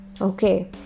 Okay